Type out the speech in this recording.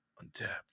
untapped